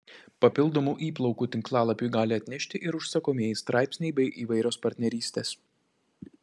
papildomų įplaukų tinklalapiui gali atnešti ir užsakomieji straipsniai bei įvairios partnerystės